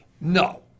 No